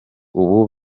ubu